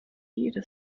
jede